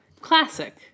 Classic